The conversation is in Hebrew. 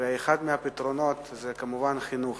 אחד מהפתרונות זה כמובן חינוך.